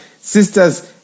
sisters